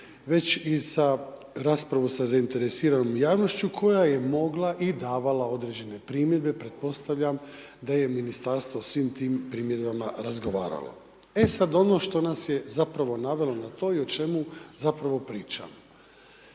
već i sa, raspravu sa zainteresiranom javnošću koja je mogla i davala određene primjedbe, pretpostavljam da je ministarstvo o svim tim primjedbama razgovaralo. E sad ono što nas je zapravo navelo na to i o čemu zapravo pričamo.